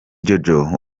jojo